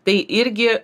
tai irgi